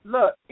Look